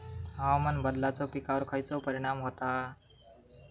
हवामान बदलाचो पिकावर खयचो परिणाम होता?